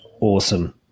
Awesome